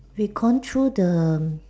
we've gone through the um